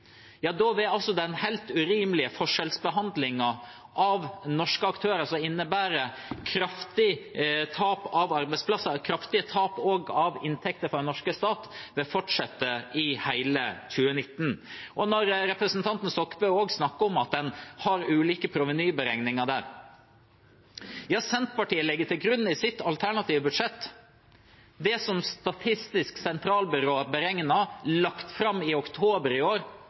den helt urimelige forskjellsbehandlingen av norske aktører, som innebærer kraftige tap av arbeidsplasser og kraftige tap også av inntekter for den norske stat, fortsette i hele 2019. Representanten Stokkebø snakker også om at en har ulike provenyberegninger der. Senterpartiet legger til grunn i sitt alternative budsjett, det som Statistisk sentralbyrå beregnet, lagt fram i oktober i år: